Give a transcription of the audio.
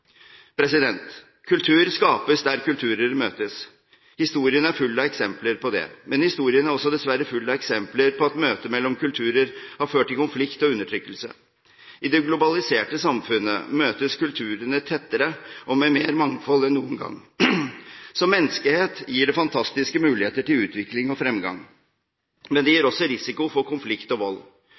Kultur skapes der kulturer møtes. Historien er full av eksempler på det. Men historien er også dessverre full av eksempler på at møte mellom kulturer har ført til konflikt og undertrykkelse. I det globaliserte samfunnet møtes kulturene tettere og med mer mangfold enn noen gang. Som menneskehet gir det fantastiske muligheter til utvikling og fremgang. Men det gir også risiko for konflikt og vold.